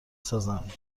سازند